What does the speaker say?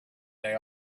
they